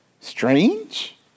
Strange